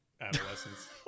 adolescence